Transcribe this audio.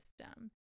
system